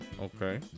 okay